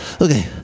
Okay